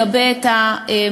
לא מגבה את המערכת,